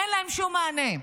אין להם שום מענה,